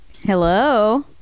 Hello